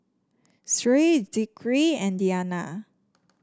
Sri Zikri and Diyana